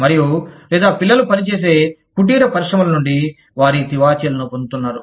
మరియు లేదా పిల్లలు పని చేసే కుటీర పరిశ్రమల నుండి వారీ తివాచీలను పొందుతున్నారు